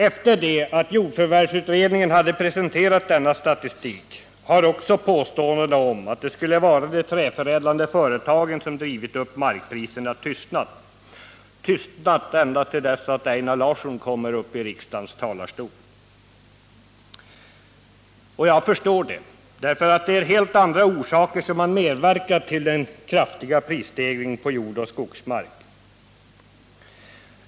Efter det att jordförvärvsutredningen hade presenterat denna statistik har också påståendena om att det skulle vara de träförädlande företagen som drivit upp markpriserna tystnat — ända till dess Einar Larsson kom uppi riksdagens talarstol. Och jag förstår det, därför att det är helt andra orsaker som har medverkat till den kraftiga prisstegringen på jordoch skogsmark.